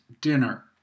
dinner